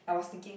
I was thinking